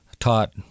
taught